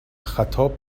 خطاب